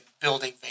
building